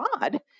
God